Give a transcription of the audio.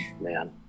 man